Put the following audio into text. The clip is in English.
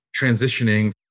transitioning